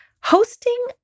Hosting